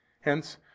Hence